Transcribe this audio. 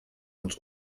uns